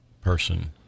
person